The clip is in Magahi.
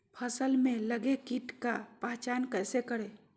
फ़सल में लगे किट का पहचान कैसे करे?